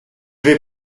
vais